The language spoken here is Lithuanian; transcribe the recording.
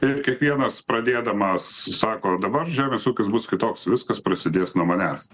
ir kiekvienas pradėdamas sako dabar žemės ūkis bus kitoks viskas prasidės nuo manęs